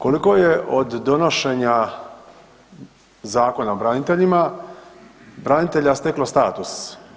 Koliko je od donošenja Zakona o braniteljima, branitelja steklo status?